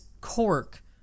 cork